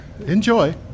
Enjoy